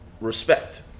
respect